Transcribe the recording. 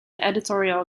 editorial